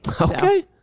okay